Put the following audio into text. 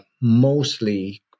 mostly